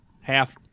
half